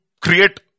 create